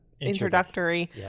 introductory